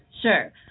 Sure